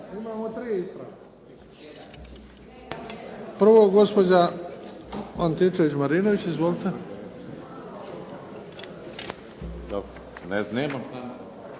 Imamo tri ispravka. Prvo gospođa Antičević-Marinović. Izvolite. **Antičević